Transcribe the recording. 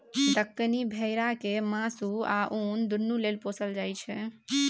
दक्कनी भेरा केँ मासु आ उन दुनु लेल पोसल जाइ छै